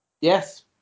Yes